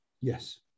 Yes